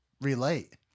relate